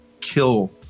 kill